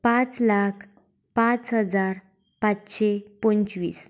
पांच लाख पांच हजार पाचशें पंचवीस